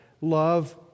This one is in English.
love